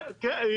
כן.